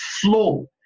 flow